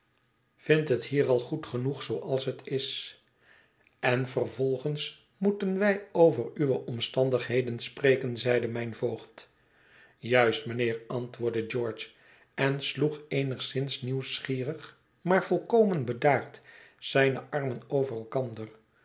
vindt het hier al goed i h het verlaten huis genoeg zooals het er is en vervolgens moeten wij over uwe omstandigheden spreken zeide mijn voogd juist mijnheer antwoordde george en sloeg eenigszins nieuwsgierig maar volkomen bedaard zijne armen over elkander